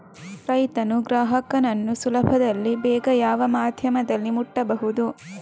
ರೈತನು ಗ್ರಾಹಕನನ್ನು ಸುಲಭದಲ್ಲಿ ಬೇಗ ಯಾವ ಮಾಧ್ಯಮದಲ್ಲಿ ಮುಟ್ಟಬಹುದು?